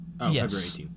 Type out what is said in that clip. Yes